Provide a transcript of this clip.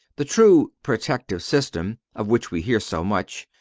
the true protective system, of which we hear so much,